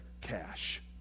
cash